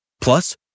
Plus